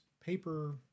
paper